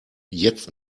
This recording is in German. jetzt